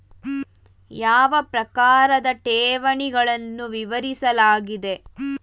ಯಾವ ಪ್ರಕಾರದ ಠೇವಣಿಗಳನ್ನು ವಿವರಿಸಲಾಗಿದೆ?